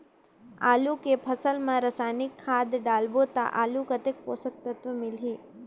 आलू के फसल मा रसायनिक खाद डालबो ता आलू कतेक पोषक तत्व मिलही?